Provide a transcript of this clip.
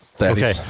Okay